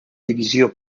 divisió